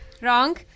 Wrong